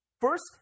First